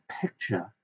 picture